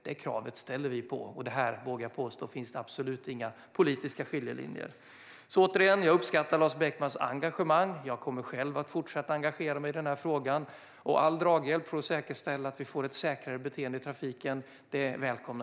Det kravet ställer vi, och jag vågar påstå att det absolut inte finns några politiska skiljelinjer här. Återigen: Jag uppskattar Lars Beckmans engagemang i frågan och kommer själv att fortsätta engagera mig i den. Jag välkomnar all draghjälp för att säkerställa att vi får ett säkrare beteende i trafiken.